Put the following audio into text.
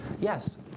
Yes